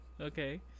okay